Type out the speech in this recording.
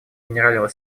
генерального